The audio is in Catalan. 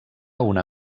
una